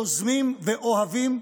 יוזמים ואוהבים,